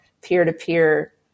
peer-to-peer